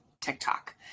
tiktok